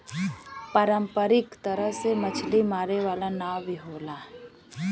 पारंपरिक तरह से मछरी मारे वाला नाव भी होला